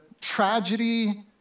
tragedy